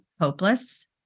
hopeless